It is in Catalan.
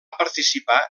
participar